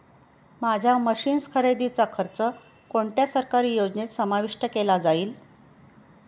माझ्या मशीन्स खरेदीचा खर्च कोणत्या सरकारी योजनेत समाविष्ट केला जाईल?